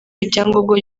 ibyangombwa